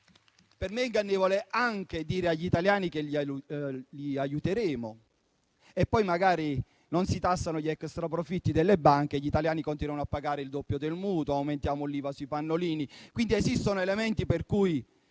Per me è ingannevole anche dire agli italiani che li aiuteremo, quando poi magari non si tassano gli extraprofitti delle banche e gli italiani continuano a pagare il doppio del mutuo e aumenta l'IVA sui pannolini. Esistono elementi per dire